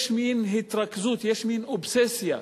יש מין התרכזות, יש מין אובססיה,